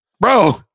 Bro